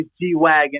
G-Wagon